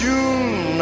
June